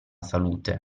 salute